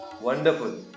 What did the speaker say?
Wonderful